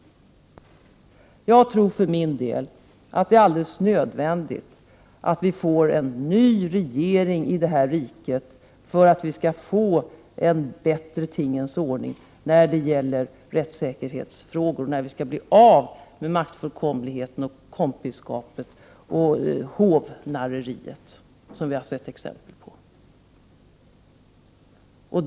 Jag tror för min del att det är alldeles nödvändigt att vi får en ny regering i det här riket för att vi skall få en bättre tingens ordning när det gäller rättssäkerhetsfrågor, för att vi skall bli av med maktfullkomligheten, kompisskapet och ”hovnarreriet”, som vi har sett exempel på.